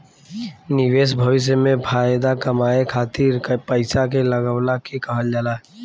निवेश भविष्य में फाएदा कमाए खातिर पईसा के लगवला के कहल जाला